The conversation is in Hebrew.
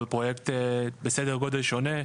כל פרויקט בסדר גודל שונה.